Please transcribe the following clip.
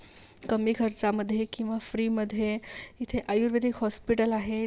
कमी खर्चामधे किंवा फ्रीमध्ये इथे आयुर्वेदिक हॉस्पिटल आहे